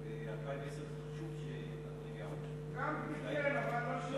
2010, גם תיקן, אבל לא